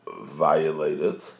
violated